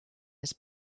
his